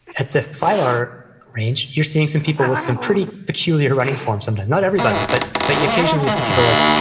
at the five hour range, you're seeing some people with some pretty peculiar running forums, sometimes, not everybody. but but yeah occasionally you'll see people like,